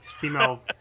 female